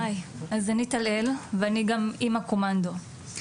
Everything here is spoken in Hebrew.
היי, אני טל-אל, ואני גם "אמא קומנדו".